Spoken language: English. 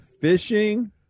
fishing